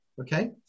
okay